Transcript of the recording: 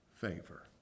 favor